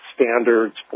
standards